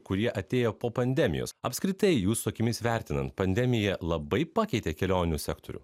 kurie atėjo po pandemijos apskritai jūsų akimis vertinant pandemija labai pakeitė kelionių sektorių